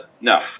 no